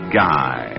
guy